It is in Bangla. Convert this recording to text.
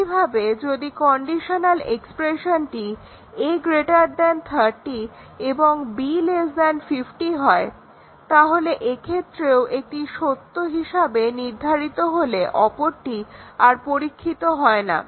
একইভাবে যদি কন্ডিশনাল এক্সপ্রেশনটি a 30 বা b 50 হয় তাহলে এক্ষেত্রেও একটি সত্য হিসাবে নির্ধারিত হলে অপরটি আর পরীক্ষিত হয়না